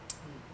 mm